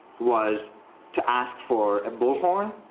was to ask for a bullhorn.